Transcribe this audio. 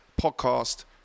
podcast